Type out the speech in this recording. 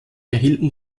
erhielten